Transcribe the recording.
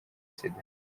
sida